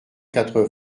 quatre